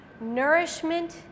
nourishment